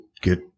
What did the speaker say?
get